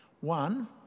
One